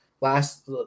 last